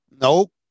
Nope